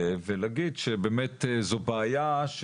ולהגיד שבאמת זו בעיה.